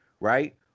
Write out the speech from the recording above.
right